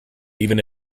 even